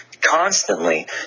constantly